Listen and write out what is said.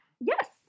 Yes